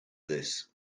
this